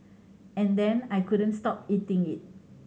and then I couldn't stop eating it